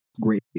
great